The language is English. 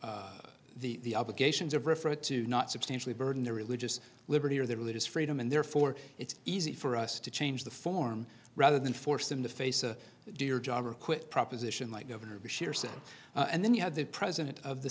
of the obligations of referred to not substantially burden the religious liberty or the religious freedom and therefore it's easy for us to change the form rather than force them to face a do your job or quit proposition like governor bashir said and then you have the president of the